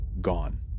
gone